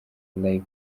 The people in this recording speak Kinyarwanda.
live